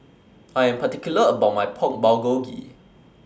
I Am particular about My Pork Bulgogi